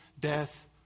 death